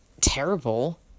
terrible